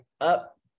Up